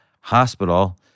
hospital